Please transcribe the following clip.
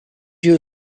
you